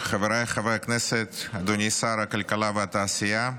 חבריי חברי הכנסת, אדוני שר הכלכלה והתעשייה,